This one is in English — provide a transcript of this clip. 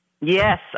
Yes